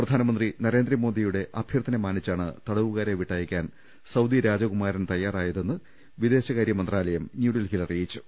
പ്രധാനമന്ത്രി നരേന്ദ്രമോദിയുടെ അഭ്യർത്ഥന മാനിച്ചാണ് തടവുകാരെ വിട്ടയക്കാൻ സൌദി രാജകുമാരൻ തയ്യാറായതെന്ന് വിദേശ കാര്യമന്ത്രാലയം ന്യൂഡൽഹിയിൽ അറിയിച്ചു